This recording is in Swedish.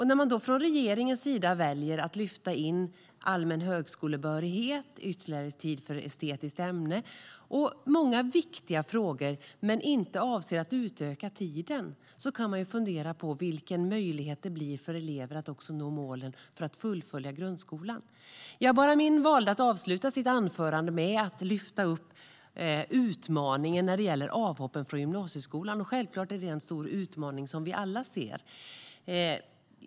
När man då från regeringens sida väljer att lyfta in allmän högskolebehörighet, ytterligare tid för estetiskt ämne och andra viktiga frågor kan man fundera vilken möjlighet det blir för eleverna att också nå målen att fullfölja grundskolan. Jabar Amin valde att avsluta sitt anförande med att ta upp utmaningen med avhopp från gymnasieskolan. Självklart är det en stor utmaning som vi alla ser.